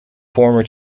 former